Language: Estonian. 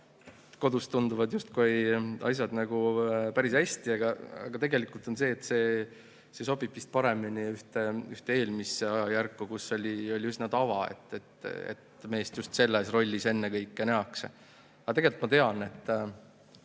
kodus tunduvad justkui asjad päris hästi olevat. Aga tegelikult on nii, et see sobib vist paremini ühte eelmisse ajajärku, kus oli üsna tavaline, et meest just selles rollis ennekõike nähakse. Aga tegelikult ma tean, et